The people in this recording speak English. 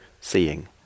seeing